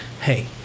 hey